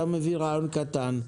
אתה מביא רעיון קטן,